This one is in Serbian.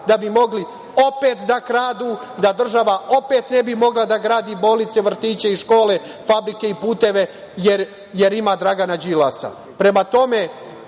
da bi mogli opet da kradu, da država opet ne bi mogla da gradi bolnice, vrtiće i škole, fabrike i puteve, jer ima Dragana Đilasa. Prema